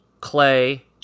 Clay